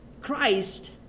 christ